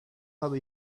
habe